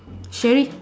Sherry